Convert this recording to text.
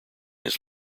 his